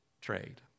trade